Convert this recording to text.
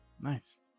nice